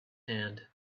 hand